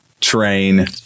train